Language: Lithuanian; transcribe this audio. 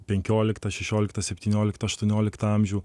penkioliktą šešioliktą septynioliktą aštuonioliktą amžių